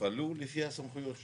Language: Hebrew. יפעלו לפי הסמכויות שלהם.